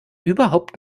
überhaupt